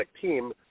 team